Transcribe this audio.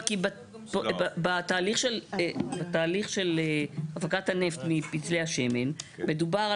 כי בתהליך של הפקת הנפט מפצלי השמן מדובר על